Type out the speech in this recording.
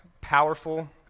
powerful